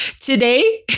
today